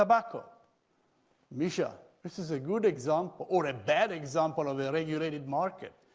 ah but misha this is a good example or a bad example of a regulated market.